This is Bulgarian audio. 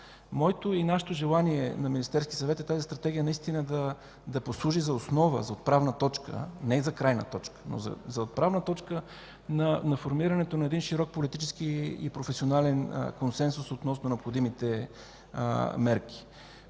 Моето и нашето желание – на Министерския съвет, е Стратегията да послужи за основа, за отправна точка, не за крайна, но за отправна точка на формирането на един широк политически и професионален консенсус относно необходимите мерки.